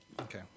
Okay